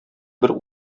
бер